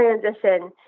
transition